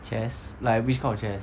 chess like which kind of chess